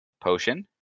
potion